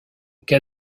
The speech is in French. cas